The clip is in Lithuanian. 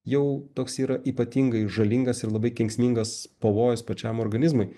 jau toks yra ypatingai žalingas ir labai kenksmingas pavojus pačiam organizmui